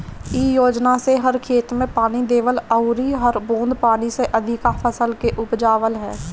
इ योजना से हर खेत में पानी देवल अउरी हर बूंद पानी से अधिका फसल के उपजावल ह